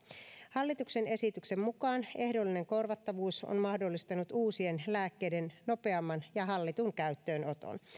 hallituksen esityksen mukaan ehdollinen korvattavuus on mahdollistanut uusien lääkkeiden nopeamman ja hallitun käyttöönoton